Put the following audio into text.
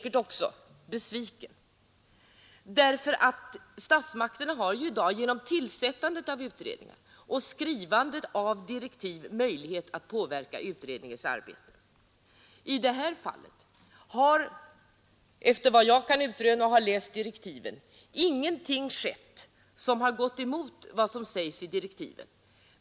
Redan genom tillsättandet av utredningar och utformningen av direktiven har statsmakterna i dag en möjlighet att påverka utredningarnas arbete. I det här fallet har, såvitt jag kan utröna av direktiven, ingenting skett som gått emot vad som sägs i direktiven.